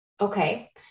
Okay